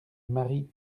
marie